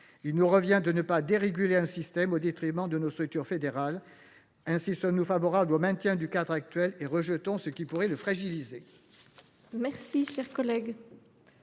Il nous revient de ne pas déréguler le système au détriment de nos structures fédérales. Aussi sommes nous favorables au maintien du cadre actuel et nous rejetons ce qui pourrait le fragiliser.